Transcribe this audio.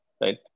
right